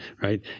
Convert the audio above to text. Right